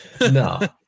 No